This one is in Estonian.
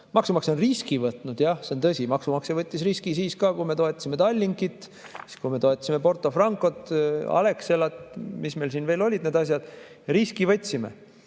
Maksumaksja on riski võtnud, jah, see on tõsi. Maksumaksja võttis riski ka siis, kui me toetasime Tallinkit, siis, kui me toetasime Porto Francot, Alexelat ja mis meil siin veel olid need asjad. Me võtsime